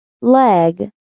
Leg